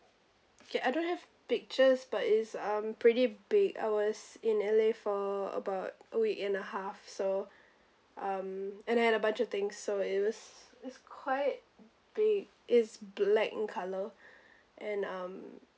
okay I don't have pictures but it's um pretty big I was in L_A for about a week and a half so um and I had a bunch of things so it was it's quite big it's black in colour and um